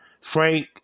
Frank